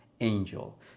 angel